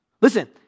Listen